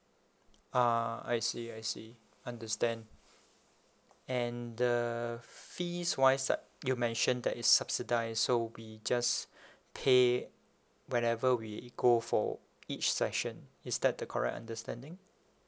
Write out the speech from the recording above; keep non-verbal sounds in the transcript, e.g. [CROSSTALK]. ah I see I see understand and the fees wise uh you mention that is subsidise so we just [BREATH] pay whenever we go for each session is that the correct understanding